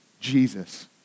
Jesus